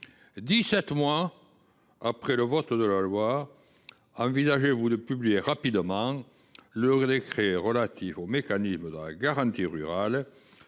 mois après le vote de la loi, envisagez vous de publier rapidement le décret relatif au mécanisme de la garantie rurale,